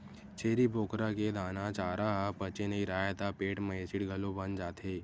छेरी बोकरा के दाना, चारा ह पचे नइ राहय त पेट म एसिड घलो बन जाथे